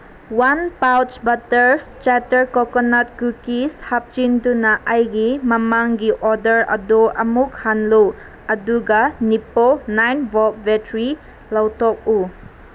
one pouch butterscotch coconut cookies ꯍꯥꯞꯆꯤꯟꯗꯨꯅ ꯑꯩꯒꯤ ꯃꯃꯥꯡꯒꯤ ꯑꯣꯗꯔ ꯑꯗꯨ ꯑꯃꯨꯛ ꯍꯜꯂꯨ ꯑꯗꯨꯒ ꯅꯤꯞꯄꯣ ꯅꯥꯏꯟ ꯕꯣꯜ ꯕꯦꯇ꯭ꯔꯤ ꯂꯧꯊꯣꯛꯎ